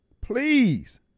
Please